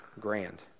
grand